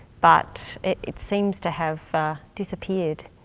but it seems to have disappeared.